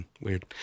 Weird